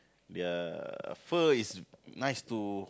their fur is nice to